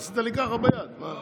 עשית לי ככה ביד, מה?